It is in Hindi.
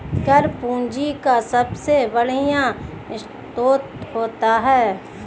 कर पूंजी का सबसे बढ़िया स्रोत होता है